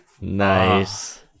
Nice